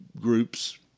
groups